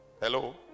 hello